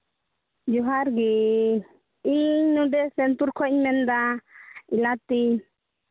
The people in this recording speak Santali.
ᱡᱚᱦᱟᱨ ᱜᱮ ᱤᱧ ᱱᱚᱰᱮ ᱥᱟᱱᱛᱩᱨ ᱠᱷᱚᱱ ᱢᱮᱱᱫᱟ ᱤᱞᱟᱛᱤ